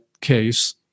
case